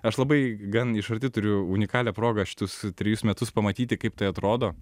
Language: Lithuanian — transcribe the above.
aš labai gan iš arti turiu unikalią progą šitus trejus metus pamatyti kaip tai atrodo